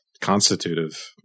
constitutive